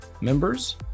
members